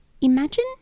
imagine